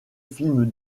films